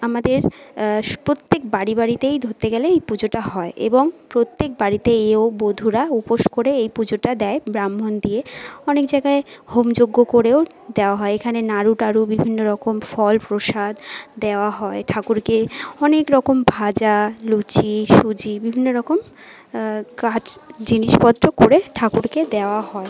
আমাদের প্রত্যেক বাড়ি বাড়িতেই ধরতে গেলে এই পুজোটা হয় এবং প্রত্যেক বাড়িতে এয়ো বধূরা উপোস করে এই পুজোটা দেয় ব্রাহ্মণ দিয়ে অনেক জায়গায় হোম যজ্ঞ করেও দেওয়া হয় এখানে নাড়ু টারু বিভিন্ন রকম ফল প্রসাদ দেওয়া হয় ঠাকুরকে অনেক রকম ভাজা লুচি সুজি বিভিন্নরকম কাজ জিনিসপত্র করে ঠাকুরকে দেওয়া হয়